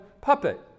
puppet